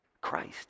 Christ